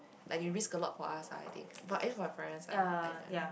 like they risk a lot for us ah I think at least for my parents ah I I don't know